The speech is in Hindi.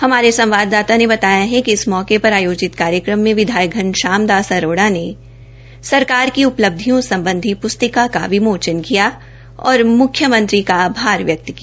हमारे संवाददाता ने बताया है कि इस मौके पर आयोजित कार्यक्रम में विधायक धनश्याम दास अरोड़ा ने सरकार की उपलब्धियों सम्बधी पृस्तिका का विमोचन किया और मुख्मंत्री का आभार प्रकट किया